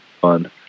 fun